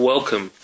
Welcome